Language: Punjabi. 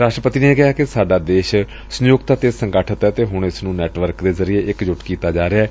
ਰਾਸ਼ਟਰਪਤੀ ਨੇ ਕਿਹਾ ਕਿ ਸਾਡਾ ਦੇਸ਼ ਸੰਯੁਕਤ ਅਤੇ ਸੰਗਠਤ ਏ ਅਤੇ ਹੁਣ ਇਸ ਨੂੰ ਨੈਟਵਰਕ ਦੇ ਜ਼ਰੀਏ ਇਕਜੁੱਟ ਕੀਤਾ ਜਾ ਰਿਹੈ